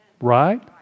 Right